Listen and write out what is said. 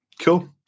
Cool